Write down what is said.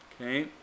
Okay